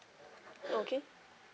okay